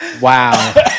wow